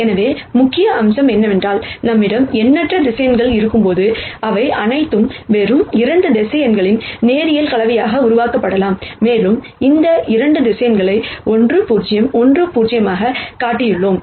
எனவே முக்கிய அம்சம் என்னவென்றால் நம்மிடம் எண்ணற்ற வெக்டர் இருக்கும்போது அவை அனைத்தும் வெறும் 2 வெக்டர் லீனியர் காம்பினேஷன் உருவாக்கப்படலாம் மேலும் இந்த 2 வெக்டர் 1 0 1 0 ஆகக் காட்டியுள்ளோம்